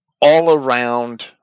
all-around